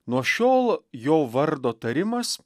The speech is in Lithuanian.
nuo šiol jo vardo tarimas